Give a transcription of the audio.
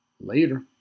Later